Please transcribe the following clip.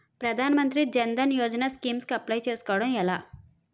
ప్రధాన మంత్రి జన్ ధన్ యోజన స్కీమ్స్ కి అప్లయ్ చేసుకోవడం ఎలా?